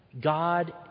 God